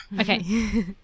okay